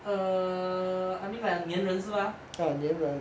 err I mean like 黏人是吗